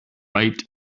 right